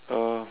uh